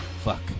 fuck